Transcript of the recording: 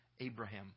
Abraham